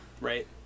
Right